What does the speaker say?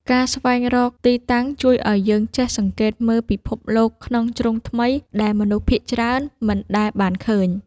ការស្វែងរកទីតាំងជួយឱ្យយើងចេះសង្កេតមើលពិភពលោកក្នុងជ្រុងថ្មី ដែលមនុស្សភាគច្រើនមិនដែលបានឃើញ។